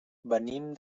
venim